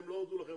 הם לא הודו לכם,